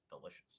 delicious